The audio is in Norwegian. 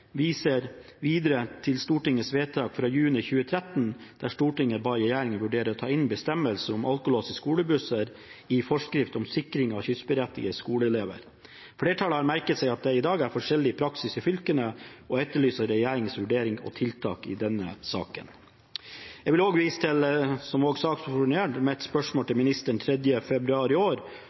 viser videre til Stortingets vedtak fra juni 2013, der Stortinget ba regjeringen vurdere å ta inn bestemmelser om alkolås i skolebusser i «forskrift om sikring av skyssberettigede skoleelever». Flertallet har merket seg at det i dag er forskjellig praksis i fylkene, og etterlyser regjeringens vurdering og tiltak i denne saken.» Jeg vil vise til, som også saksordføreren gjorde, mitt spørsmål til ministeren 4. februar i år,